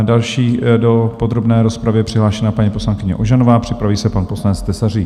Další je do podrobné rozpravě přihlášena paní poslankyně Ožanová, připraví se pan poslanec Tesařík.